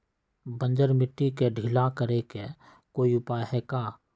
बंजर मिट्टी के ढीला करेके कोई उपाय है का?